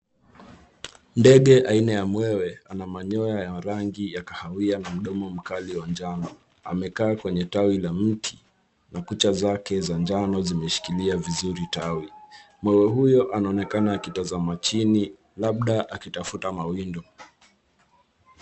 Ndege aina ya mwewe, ana manyoya ya rangi ya kahawia na midomo mikali ya njano. Amekaa kwenye tawi la mti, na kucha zake za njano zimeshikilia vizuri tawi. Mwewe huyo anaonekana akitazama chini, labda akitafuta mawindo.